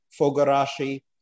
Fogarashi